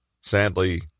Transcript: Sadly